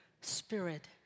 spirit